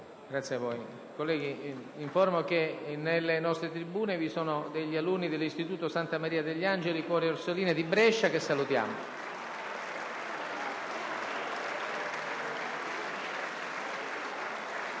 finestra"). Colleghi, informo che nelle nostre tribune sono presenti gli alunni dell'istituto «Santa Maria degli Angeli Madri Orsoline» di Brescia, che salutiamo.